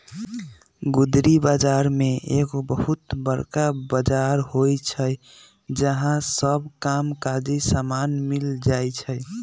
गुदरी बजार में एगो बहुत बरका बजार होइ छइ जहा सब काम काजी समान मिल जाइ छइ